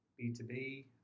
B2B